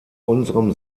unserem